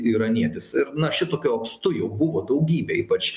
iranietis ir na šitokio apstu jau buvo daugybė ypač